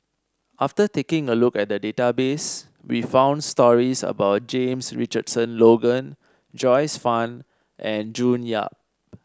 after taking a look at the database we found stories about James Richardson Logan Joyce Fan and June Yap